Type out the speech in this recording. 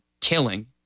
killing